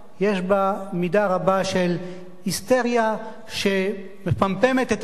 יש בה מידה רבה של היסטריה שמפמפמת את עצמה.